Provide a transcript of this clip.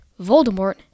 Voldemort